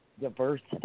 Diversity